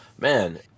man